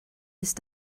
ist